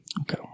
Okay